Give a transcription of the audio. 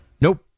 Nope